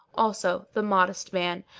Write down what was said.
also, the modest man.